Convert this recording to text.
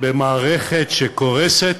במערכת שקורסת